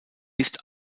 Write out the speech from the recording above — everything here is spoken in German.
ist